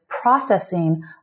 processing